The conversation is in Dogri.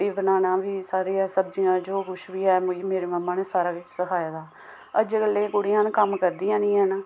रुट्टी बनाना बी सारियां सब्जियां बी जो कुछ बी ऐ मि मेरी मम्मा नै सारा किश सखाए दा अजकल्लै दियां कुड़ियां न कम्म करदियां निं ऐन